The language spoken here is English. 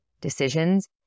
decisions